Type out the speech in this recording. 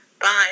Bye